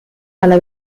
alla